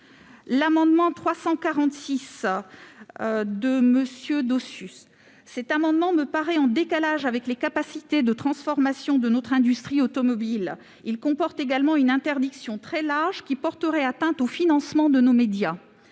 L'amendement n° 346 me paraît en décalage avec les capacités de transformation de notre industrie automobile. Il comporte également une interdiction très large, qui porterait atteinte au financement de nos médias.